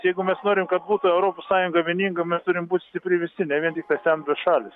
jeigu mes norim kad būtų europos sąjunga vieninga mes turim būt stipri visi ne vien tiktai senbuvės šalys